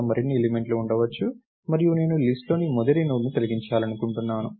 అక్కడ మరిన్ని ఎలిమెంట్లు ఉండవచ్చు మరియు నేను లిస్ట్ లోని మొదటి నోడ్ను తొలగించాలనుకుంటున్నాను